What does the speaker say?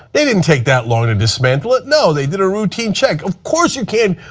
they didn't take that long to dismantle it. no, they did a routine check. of course you can't